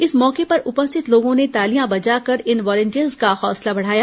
इस मौके पर उपस्थित लोगों ने तालियां बजाकर इन वॉलेटियर्स का हौसला बढ़ाया